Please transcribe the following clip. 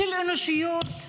של אנושיות?